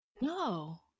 No